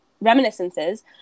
reminiscences